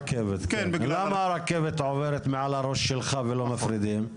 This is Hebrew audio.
למה הרכבת עוברת מעל הראש שלך ולא מפרידים?